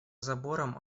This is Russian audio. забором